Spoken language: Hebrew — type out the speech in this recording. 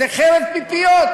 וזה חרב פיפיות,